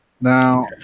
Now